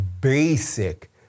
basic